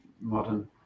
modern